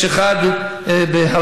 יש אחד בהרדוף,